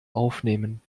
aufnehmen